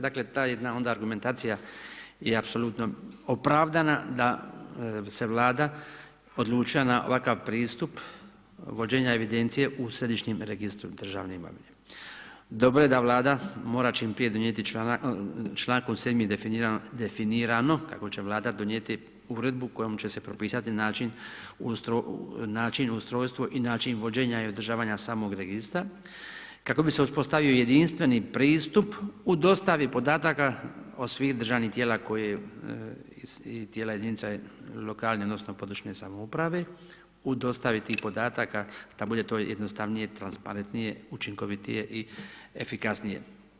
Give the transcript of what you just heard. Dakle, ta jedna onda argumentacija je apsolutno opravdana da se Vlada odlučila na ovakav pristup vođenja evidencije u Središnjem registru državne imovine Dobro je da Vlada čim prije mora donijeti člankom 7. definirano kako će Vlada donijeti uredbu kojom će se propisati način ustrojstvo i način vođenja i održavanja samom registra kako bi se uspostavio jedinstveni pristup u dostavi podataka od svih državnih tijela koje tijela jedinica lokalne odnosno područne samouprave u dostavi tih podataka da bude to jednostavnije, transparentnije, učinkovitije i efikasnije.